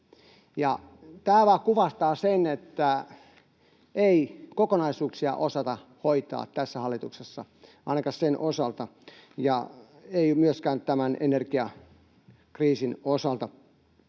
Tämä kuvastaa sen, että ei kokonaisuuksia osata hoitaa tässä hallituksessa, ainakaan sen osalta, ja ei myöskään tämän energiakriisin osalta.